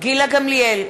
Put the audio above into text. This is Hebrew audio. גילה גמליאל,